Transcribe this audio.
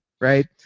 right